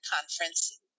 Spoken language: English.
conference